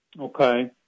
Okay